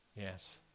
Yes